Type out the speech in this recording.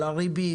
על הריבית,